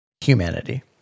humanity